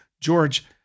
George